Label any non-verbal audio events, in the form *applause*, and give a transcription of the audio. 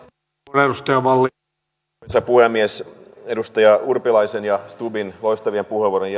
arvoisa puhemies edustaja urpilaisen ja edustaja stubbin loistavien puheenvuorojen *unintelligible*